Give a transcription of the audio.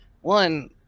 One